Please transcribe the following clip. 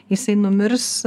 jisai numirs